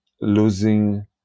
losing